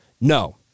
No